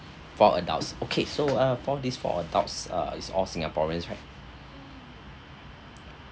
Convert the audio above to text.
four adults okay so uh for this four adults err is all singaporeans right